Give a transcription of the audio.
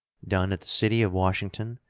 done at the city of washington,